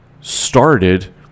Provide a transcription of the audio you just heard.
started